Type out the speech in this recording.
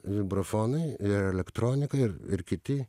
vibrafonai ir elektronika ir ir kiti